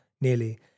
nearly